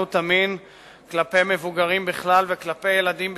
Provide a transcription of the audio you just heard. עבריינות המין בכלל וכלפי ילדים בפרט.